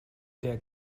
der